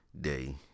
day